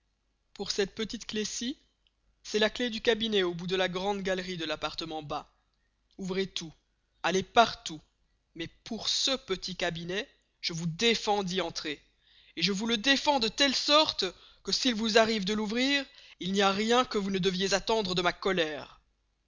pour cette petite clef cy c'est la clef du cabinet au bout de la grande gallerie de l'appartement bas ouvrez tout allez par tout mais pour ce petit cabinet je vous deffens d'y entrer et je vous le deffens de telle sorte que s'il vous arrive de l'ouvrir il n'y a rien que vous ne deviez attendre de ma colere